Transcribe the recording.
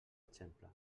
exemple